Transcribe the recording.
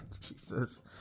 Jesus